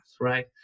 right